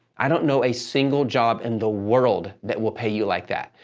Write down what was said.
i don't know a single job in the world that will pay you like that.